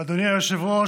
אדוני היושב-ראש,